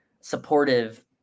supportive